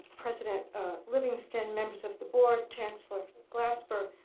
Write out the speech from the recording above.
president livingston, members of the board, chancellor glasper,